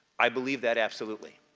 i believe that absolutely.